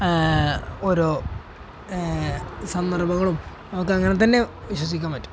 ഓരോ സന്ദർഭങ്ങളും നമുക്ക് അങ്ങനെത്തന്നെ വിശ്വസിക്കാൻ പറ്റും